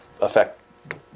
affect